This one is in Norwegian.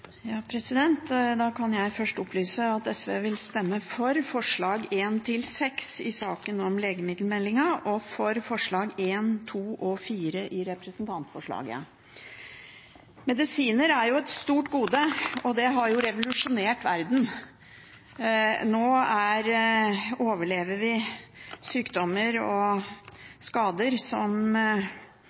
Da kan jeg først opplyse at SV vil stemme for forslagene nr. 1–6 i saken om legemiddelmeldingen, og for forslagene nr. 1, 2 og 4 i representantforslaget. Medisiner er et stort gode, og det har revolusjonert verden. Nå overlever vi sykdommer og skader som